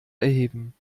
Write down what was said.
erheben